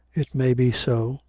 it may be so.